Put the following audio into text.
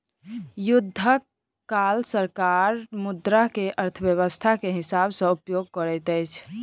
युद्धक काल सरकार मुद्रा के अर्थव्यस्था के हिसाब सॅ उपयोग करैत अछि